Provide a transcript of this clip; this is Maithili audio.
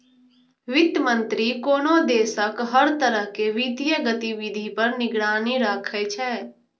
वित्त मंत्री कोनो देशक हर तरह के वित्तीय गतिविधि पर निगरानी राखै छै